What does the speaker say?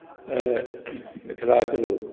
मिथिलाके लोक